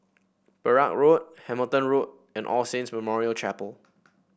Perak Road Hamilton Road and All Saints Memorial Chapel